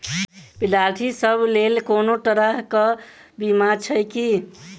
विद्यार्थी सभक लेल कोनो तरह कऽ बीमा छई की?